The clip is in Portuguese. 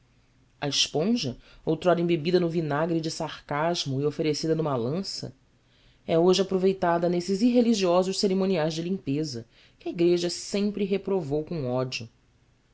a esponja outrora embebida no vinagre de sarcasmo e oferecida numa lança é hoje aproveitada nesses irreligiosos cerimoniais da limpeza que a igreja sempre reprovou com ódio